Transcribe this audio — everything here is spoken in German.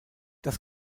das